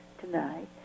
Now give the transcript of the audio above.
tonight